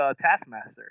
Taskmaster